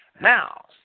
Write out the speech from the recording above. Now